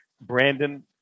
Brandon